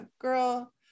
girl